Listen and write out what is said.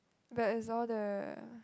but is all the